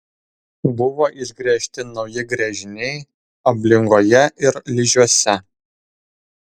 buvo išgręžti nauji gręžiniai ablingoje ir ližiuose